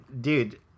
dude